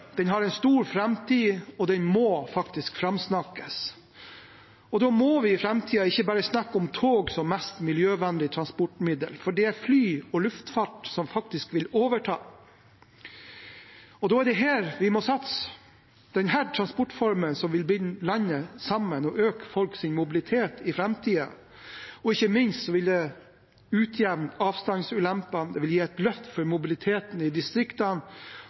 den har en stor framtid, og den må faktisk framsnakkes. Da må vi i framtiden ikke bare snakke om tog som det mest miljøvennlige transportmidlet, for det er fly og luftfart som faktisk vil overta. Da er det her vi må satse, på denne transportformen som vil binde landet sammen og øke folks mobilitet i framtiden. Det vil utjevne avstandsulempene, det vil gi et løft for mobiliteten i distriktene,